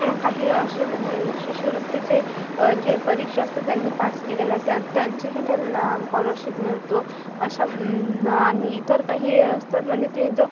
काही असे म्हणजे शिशुवृतीचे जे परीक्षा असतील त्यांनी पास केलेल्या त्या त्यांचेही त्यांना कॉलरशिप मिळतो अशा आणि इतर काही असतात म्हणजे ते जर